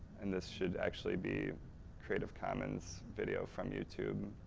and this should actually be creative commons video from youtube.